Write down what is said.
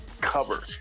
cover